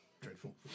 dreadful